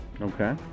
Okay